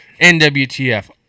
NWTF